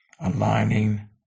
Aligning